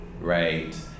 right